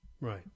Right